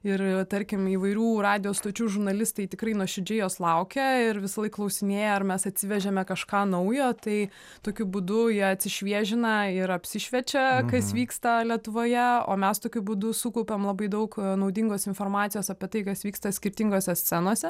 ir tarkim įvairių radijo stočių žurnalistai tikrai nuoširdžiai jos laukia ir visąlaik klausinėja ar mes atsivežėme kažką naujo tai tokiu būdu ją atsišviežina ir apsišviečiakas vyksta lietuvoje o mes tokiu būdu sukaupėme labai daug naudingos informacijos apie tai kas vyksta skirtingose scenose